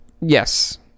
Yes